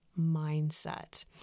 mindset